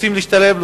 רוצים להשתלב,